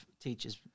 teachers